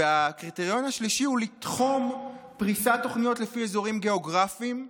והקריטריון השלישי הוא לתחום פריסת תוכניות לפי אזורים גיאוגרפיים,